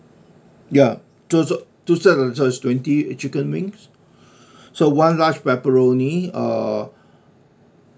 ya two set two sets so it's twenty chicken wings so one large pepperoni uh